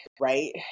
right